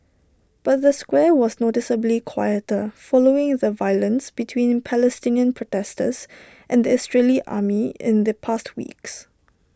but the square was noticeably quieter following the violence between Palestinian protesters and the Israeli army in the past weeks